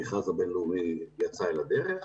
המכרז הבין-לאומי יצא אל הדרך,